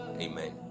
Amen